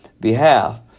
behalf